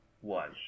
one